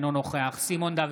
אינו נוכח סימון דוידסון,